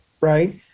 Right